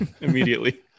immediately